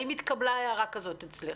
האם התקבלה הערה כזאת אצלך?